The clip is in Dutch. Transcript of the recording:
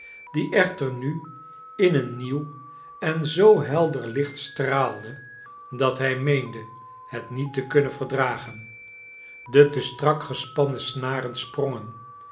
die echter nu in een nieuw en zoo helder licht straalde dat hij meende het niet te kunnen verdragen de te strak gespannen snaren sprongen